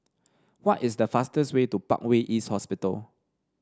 what is the fastest way to Parkway East Hospital